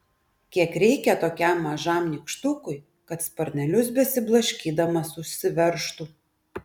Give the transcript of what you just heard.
kiek reikia tokiam mažam nykštukui kad sparnelius besiblaškydamas užsiveržtų